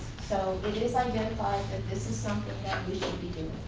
so it is identified that this is something that we should be doing.